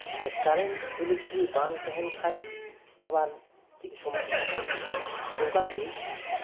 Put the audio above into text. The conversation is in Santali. ᱠᱟᱨᱮᱱᱴ ᱤᱞᱮᱠᱴᱨᱤᱠ ᱵᱟᱝ ᱛᱟᱦᱮᱱ ᱠᱷᱟᱡ ᱴᱷᱤᱠ ᱥᱚᱢᱚᱥᱥᱟ ᱚᱱᱠᱟᱜᱮ